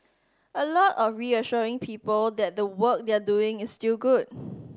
a lot of reassuring people that the work they're doing is still good